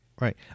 Right